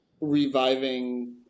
reviving